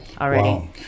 already